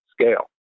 scale